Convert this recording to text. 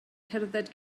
cerdded